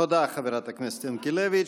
תודה, חברת הכנסת ינקלביץ'.